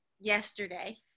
yesterday